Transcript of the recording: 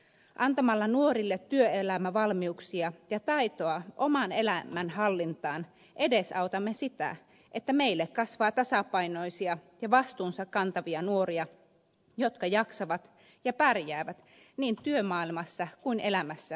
antamalla nuorille työelämävalmiuksia ja taitoa oman elämän hallintaan edesautamme sitä että meille kasvaa tasapainoisia ja vastuunsa kantavia nuoria jotka jaksavat ja pärjäävät niin työmaailmassa kuin elämässä yleensäkin